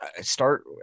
start